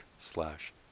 slash